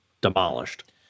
demolished